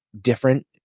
different